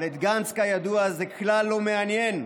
אבל את גנץ כידוע זה כלל לא מעניין,